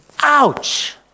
Ouch